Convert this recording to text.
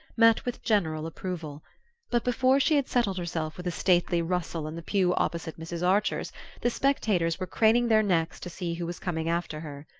met with general approval but before she had settled herself with a stately rustle in the pew opposite mrs. archer's the spectators were craning their necks to see who was coming after her.